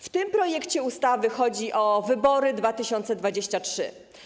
W tym projekcie ustawy chodzi o wybory 2023.